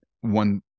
one